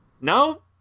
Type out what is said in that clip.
no